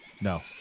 No